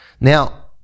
Now